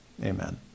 Amen